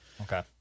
Okay